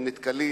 נתקלים